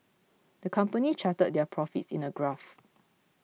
the company charted their profits in a graph